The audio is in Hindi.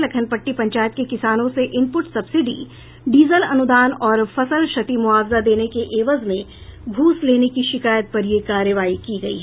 लखनपट्टी पंचायत के किसानों से इनपुट सब्सिडी डीजल अनुदान और फसल क्षति मुआवजा देने के एवज में घूस लेने की शिकायत पर यह कार्रवाई की गयी है